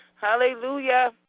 Hallelujah